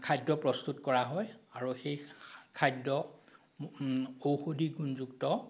খাদ্য় প্ৰস্তুত কৰা হয় আৰু সেই খাদ্য় ঔষধি গুণযুক্ত